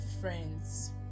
friends